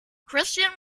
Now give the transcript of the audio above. christian